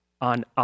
on